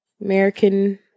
American